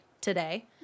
today